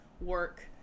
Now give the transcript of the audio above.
work